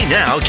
now